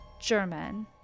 German